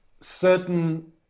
certain